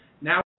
Now